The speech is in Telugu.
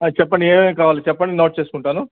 చెప్పండి ఏమేమి కావాలి చెప్పండి నోట్ చేసుకుంటాను